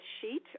sheet